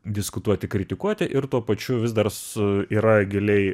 diskutuoti kritikuoti ir tuo pačiu vis dar su yra giliai